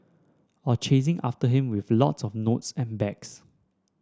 or chasing after him with lots of notes and bags